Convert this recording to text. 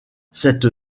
c’est